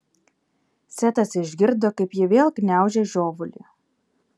setas išgirdo kaip ji vėl gniaužia žiovulį